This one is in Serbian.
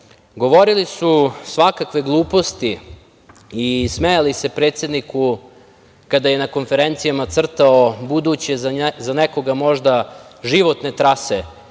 zemlje. Govorili su svakakve gluposti i smejali se predsedniku kada je na konferencijama crtao buduće, za nekoga možda životne trase